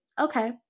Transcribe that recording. Okay